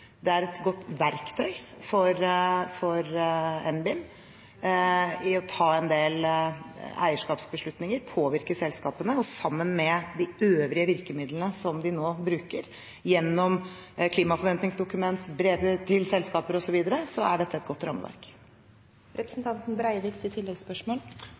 Det er et godt verktøy for NBIN i å ta en del eierskapsbeslutninger og påvirke selskapene. Sammen med de øvrige virkemidlene som vi nå bruker gjennom klimaforventningsdokument og brev til selskaper osv., er dette et godt rammeverk. Takk igjen til